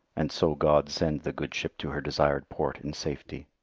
and so god send the good ship to her desired port in safety.